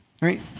right